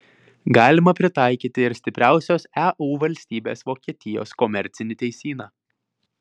galima pritaikyti ir stipriausios eu valstybės vokietijos komercinį teisyną